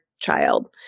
child